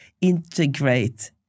integrate